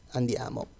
andiamo